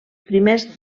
primers